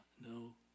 No